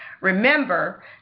remember